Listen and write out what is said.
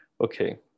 Okay